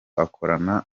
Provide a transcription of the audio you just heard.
akorana